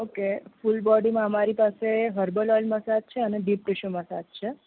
okay full બોડીમાં અમારી પાસે હર્બલ ઓઇલ મસાજ છે અને ડીપ ટિશ્યૂ મસાજ છે